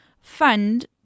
fund